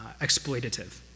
exploitative